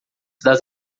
das